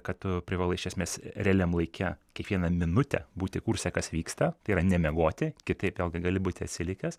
kad tu privalai iš esmės realiam laike kiekvieną minutę būti kurse kas vyksta tai yra nemiegoti kitaip gali būti atsilikęs